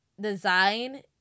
design